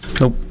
Nope